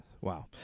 Wow